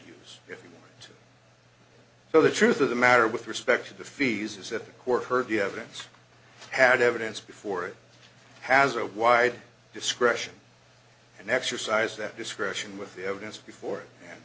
it so the truth of the matter with respect to the fees is that the court heard the evidence had evidence before it has a wide discretion and exercise that discretion with the evidence before